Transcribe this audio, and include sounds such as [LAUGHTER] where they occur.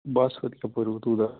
ਬਸ ਵਧੀਆ [UNINTELLIGIBLE] ਤੂੰ ਦੱਸ